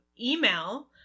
email